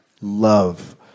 love